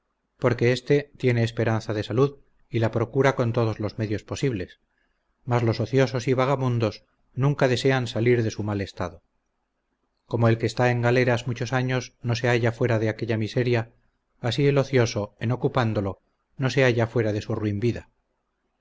porque éste tiene esperanza de salud y la procura con todos los medios posibles mas los ociosos y vagamundos nunca desean salir de su mal estado como el que está en galeras muchos años no se halla fuera de aquella miseria así el ocioso en ocupándolo no se halla fuera de su ruin vida